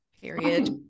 period